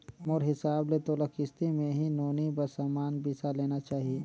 मोर हिसाब ले तोला किस्ती मे ही नोनी बर समान बिसा लेना चाही